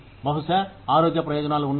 బహుశా ఆరోగ్య ప్రయోజనాలు ఉన్నాయి